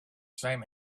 same